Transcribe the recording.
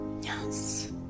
Yes